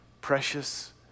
Precious